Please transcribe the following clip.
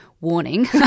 warning